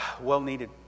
well-needed